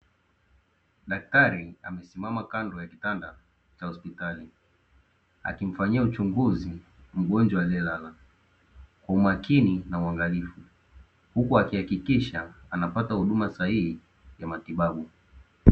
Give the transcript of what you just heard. Daktari amesimama kando ya kitanda cha hospitali, akimfanyia uchunguzi mgonjwa aliyelala kwa umakini na uangalifu, huku akihakikisha anapata huduma sahihi ya matibabu.